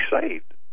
saved